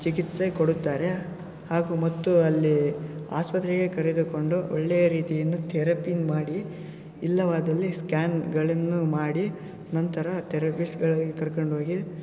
ಚಿಕಿತ್ಸೆ ಕೊಡುತ್ತಾರೆ ಹಾಗೂ ಮತ್ತು ಅಲ್ಲಿ ಆಸ್ಪತ್ರೆಗೆ ಕರೆದುಕೊಂಡು ಒಳ್ಳೆಯ ರೀತಿಯಿಂದ ಥೆರಪಿನ್ನು ಮಾಡಿ ಇಲ್ಲವಾದಲ್ಲಿ ಸ್ಕ್ಯಾನ್ಗಳನ್ನು ಮಾಡಿ ನಂತರ ತೆರಪಿಸ್ಟ್ಗಳಿಗೆ ಕರ್ಕೊಂಡೋಗಿ